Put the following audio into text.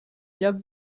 lloc